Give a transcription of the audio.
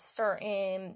certain